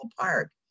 park